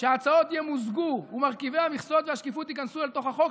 שההצעות ימוזגו ומרכיבי המכסות והשקיפות ייכנסו אל תוך החוק,